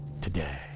today